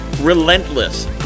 relentless